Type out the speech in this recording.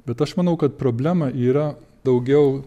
bet aš manau kad problema yra daugiau